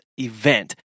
event